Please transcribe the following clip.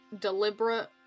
deliberate